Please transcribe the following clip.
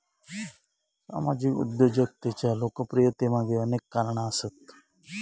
सामाजिक उद्योजकतेच्या लोकप्रियतेमागे अनेक कारणा आसत